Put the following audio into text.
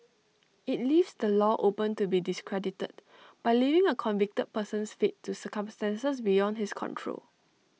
IT leaves the law open to be discredited by leaving A convicted person's fate to circumstances beyond his control